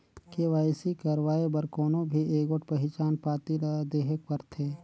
KYC करवाए बर कोनो भी एगोट पहिचान पाती ल देहेक परथे